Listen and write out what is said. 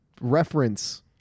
reference